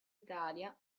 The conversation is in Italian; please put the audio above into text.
italia